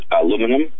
aluminum